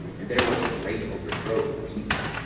and there was a great overthrow of the people